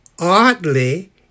Oddly